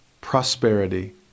prosperity